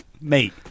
mate